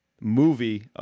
movie